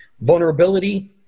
vulnerability